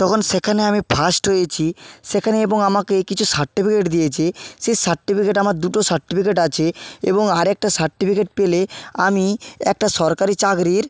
তখন সেখানে আমি ফার্স্ট হয়েছি সেখানে এবং আমাকে কিছু সার্টিফিকেট দিয়েছে সে সার্টিফিকেটে আমার দুটো সার্টিফিকেট আছে এবং আর একটা সার্টিফিকেট পেলে আমি একটা সরকারি চাকরির